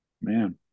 Man